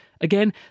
Again